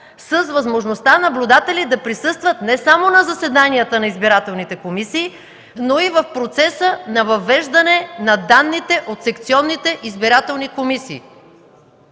с възможността наблюдатели да присъстват не само на заседанията на избирателните комисии, но и в процеса на въвеждане на данните в секционните избирателни комисии.